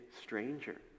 stranger